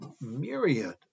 myriad